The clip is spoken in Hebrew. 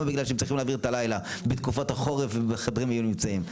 כי הם צריכים להעביר את הלילה בתקופת החורף ובחדרי מיון הם נמצאים.